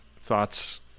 thoughts